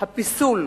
הפיסול,